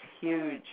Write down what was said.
huge